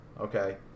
Okay